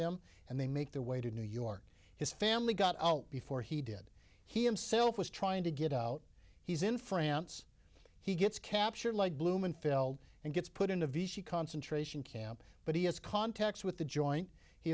them and they make their way to new york his family got out before he did he himself was trying to get out he's in france he gets captured like blumenfeld and gets put into vichy concentration camp but he has contacts with the joint he